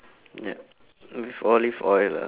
yup with olive oil lah